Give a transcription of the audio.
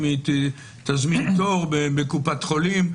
אם היא תזמין תור בקופת חולים,